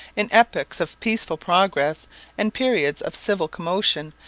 in epochs of peaceful progress and periods of civil commotion,